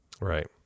Right